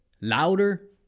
louder